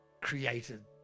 created